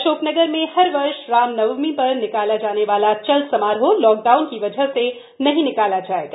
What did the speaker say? अशोकनगर में हर वर्ष रामनवमी पर निकाला जाने वाला चल समारोह लॉकडाउन की वजह से नहीं निकाला जाएगा